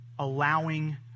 Allowing